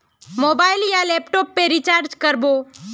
Mobile या laptop पेर recharge कर बो?